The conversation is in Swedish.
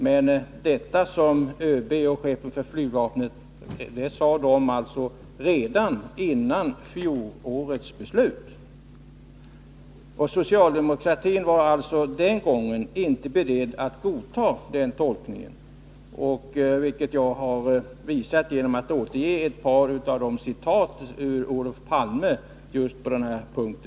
Men det sade ÖB och chefen för flygvapnet redan före fjolårets beslut. Socialdemokratin var den gången inte beredd att godta den tolkningen, vilket jag har visat genom att återge ett par citat från Olof Palme på just denna punkt.